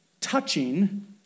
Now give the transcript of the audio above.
touching